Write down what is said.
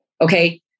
Okay